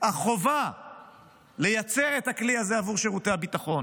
החובה לייצר את הכלי הזה עבור שירותי הביטחון.